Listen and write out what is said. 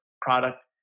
product